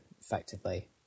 effectively